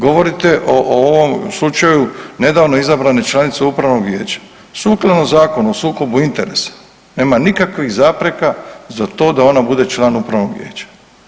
Govorite o ovom slučaju nedavno izabrane članice upravnog vijeća, sukladno Zakonu o sukobu interesa nema nikakvih zapreka da ona bude član upravnog vijeća.